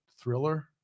thriller